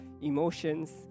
emotions